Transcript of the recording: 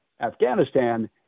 Afghanistan